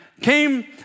came